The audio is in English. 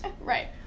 Right